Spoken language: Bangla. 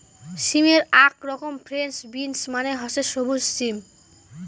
সিমের আক রকম ফ্রেঞ্চ বিন্স মানে হসে সবুজ সিম